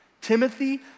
Timothy